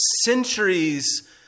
centuries